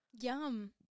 Yum